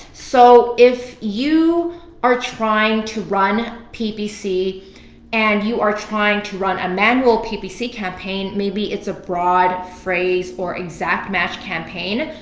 so if you are trying to run ppc and you are trying to run a manual ppc campaign, maybe it's a broad, phrase or exact match campaign,